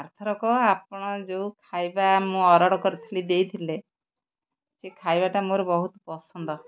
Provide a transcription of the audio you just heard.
ଆରଥରକ ଆପଣ ଯେଉଁ ଖାଇବା ମୁଁ ଅର୍ଡ଼ର କରିଥିଲି ଦେଇଥିଲେ ସେ ଖାଇବାଟା ମୋର ବହୁତ ପସନ୍ଦ